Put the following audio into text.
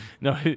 No